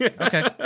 Okay